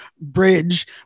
bridge